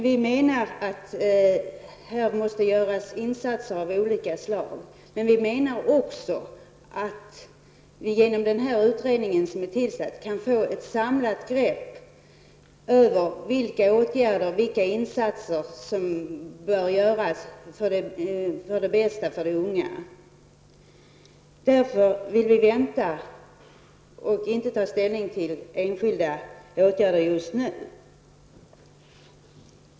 Vi menar att det här måste till insatser av olika slag, men vi menar också att vi genom den tillsatta utredningen kan få ett samlat grepp över vilka åtgärder som bör vidtas och insatser som bör göras för de ungas bästa. Därför vill vi vänta och inte ta ställning till enskilda åtgärder just nu.